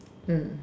mm